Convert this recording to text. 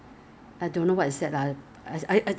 比较温和这样